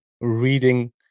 reading